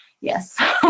yes